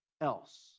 else